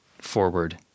forward